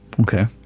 Okay